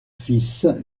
fils